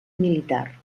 militar